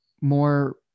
more